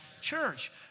church